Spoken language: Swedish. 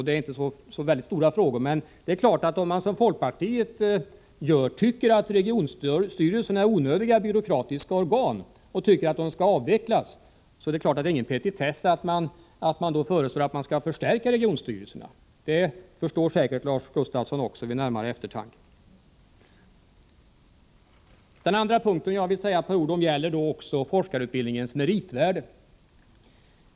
Det är inte så stora frågor, men det är klart att om man, som folkpartiet gör, tycker att regionstyrelserna är onödiga byråkratiska organ och anser att de bör avvecklas, är det ingen petitess när man föreslår en förstärkning av regionstyrelserna. Det förstår säkert Lars Gustafsson också vid närmare eftertanke. Den andra punkten, som jag skall säga några ord om, gäller forskarutbildningens meritvärde.